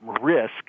risk